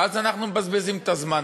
ואז אנחנו מבזבזים את הזמן